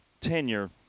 tenure